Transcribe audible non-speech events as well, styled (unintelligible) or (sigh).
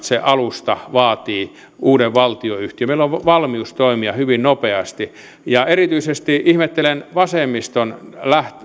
(unintelligible) se alusta vaatii uuden valtionyhtiön meillä on valmius toimia hyvin nopeasti erityisesti ihmettelen vasemmiston